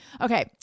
okay